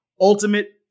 ultimate